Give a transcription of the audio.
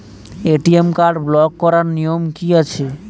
ATM card block করার নিয়ম কি আছে?